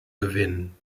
gewinnen